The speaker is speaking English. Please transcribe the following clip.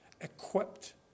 equipped